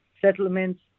settlements